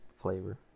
flavor